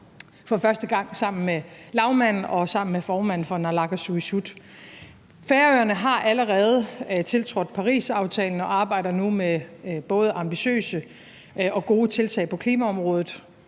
for første gang sammen med lagmanden og sammen med formanden for naalakkersuisut. Færøerne har allerede tiltrådt Parisaftalen og arbejder nu med både ambitiøse og gode tiltag på klimaområdet.